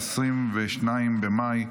תודה רבה.